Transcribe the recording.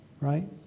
right